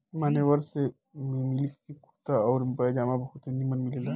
मान्यवर में सिलिक के कुर्ता आउर पयजामा बहुते निमन मिलेला